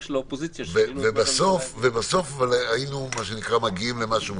של האופוזיציה --- ובסוף אבל היינו מגיעים למשהו מלוטש,